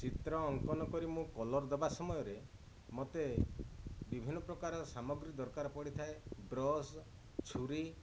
ଚିତ୍ର ଅଙ୍କନ କରି ମୁଁ କଲର ଦେବା ସମୟରେ ମତେ ବିଭିନ୍ନ ପ୍ରକାରର ସାମଗ୍ରୀ ଦରକାର ପଡ଼ିଥାଏ ବ୍ରସ୍ ଛୁରୀ